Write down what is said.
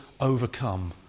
overcome